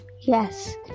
Yes